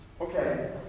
Okay